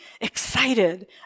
excited